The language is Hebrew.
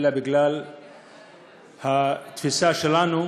אלא בגלל התפיסה שלנו,